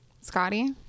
Scotty